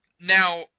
Now